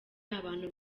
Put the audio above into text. abantu